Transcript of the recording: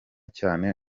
cyane